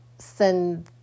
Send